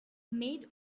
made